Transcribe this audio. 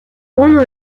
uno